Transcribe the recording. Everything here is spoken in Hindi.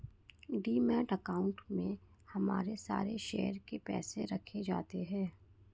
डिमैट अकाउंट में हमारे सारे शेयर के पैसे रखे जाते हैं